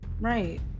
Right